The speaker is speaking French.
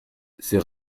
c’est